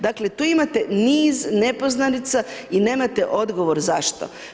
Dakle tu imate niz nepoznanica i nemate odgovor zašto.